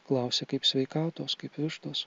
klausia kaip sveikatos kaip vištos